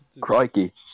Crikey